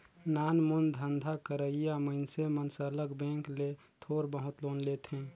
नानमुन धंधा करइया मइनसे मन सरलग बेंक ले थोर बहुत लोन लेथें